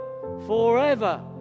forever